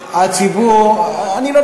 גם בשנה הבאה אני אקנה,